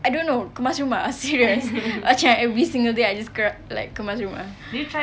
I don't know kemas rumah serious macam every single day I just gera~ like kemas rumah